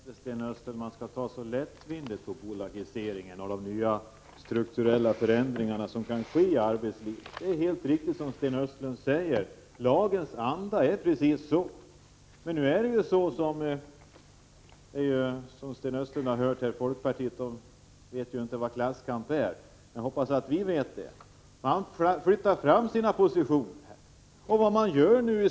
Herr talman! Jag tycker inte, Sten Östlund, att man skall ta lättvindigt på bolagiseringen och de nya struktuella förändringar som kan ske i arbetslivet. Det är riktigt det Sten Östlund säger om lagens anda; vi har hört att folkpartiet inte vet vad klasskamp är, men jag hoppas att ni vet det, Sten Östlund.